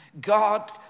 God